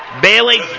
Bailey